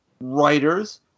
writers